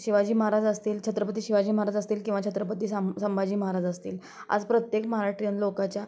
शिवाजी महाराज असतील छत्रपती शिवाजी महाराज असतील किंवा छत्रपती सां संभाजी महाराज असतील आज प्रत्येक महाराष्ट्रियन लोकाच्या